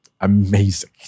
amazing